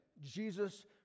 Jesus